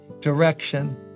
direction